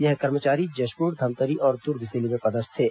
ये कर्मचारी जशपुर धमतरी और दुर्ग जिले में पदस्थ थे